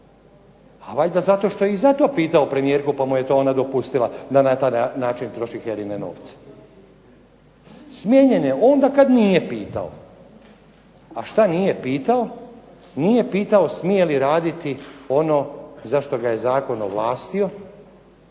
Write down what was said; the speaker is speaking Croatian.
a valjda zato što je i zato pitao premijerku pa mu je ona to dopustila da na taj način troši HERA-ine novce. Smijenjen je onda kad nije pitao. A što nije pitao? Nije pitao smije li raditi ono za što ga je zakon ovlastio